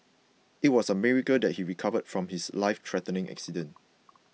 it was a miracle that he recovered from his lifethreatening accident